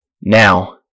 now